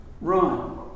run